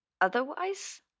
Otherwise